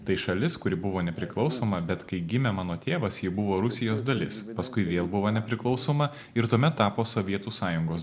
tai šalis kuri buvo nepriklausoma bet kai gimė mano tėvas ji buvo rusijos dalis paskui vėl buvo nepriklausoma ir tuomet tapo sovietų sąjungos